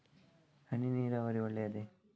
ಹನಿ ನೀರಾವರಿ ಒಳ್ಳೆಯದೇ?